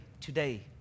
today